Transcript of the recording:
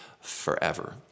forever